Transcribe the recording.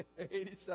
87